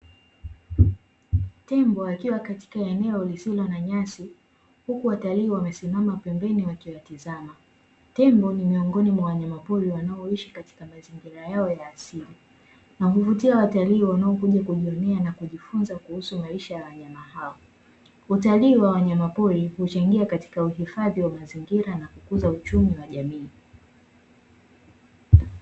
Tembo wakiwa katika eneo lisilo na nyasi huku watalii wamesimama pembeni wakiwatizama. Tembo ni miongoni mwa wanyamapori wanaoishi katika mazingira yao ya asili na huvutia watalii wanaokuja kujionea na kujifunza kuhusu maisha ya wanyama hao. Utalii wa wanyama pori huchangia katika uhifadhi wa mazingira na kukuza uchumi wa jamii.